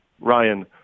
Ryan